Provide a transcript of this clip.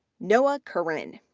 noah curran,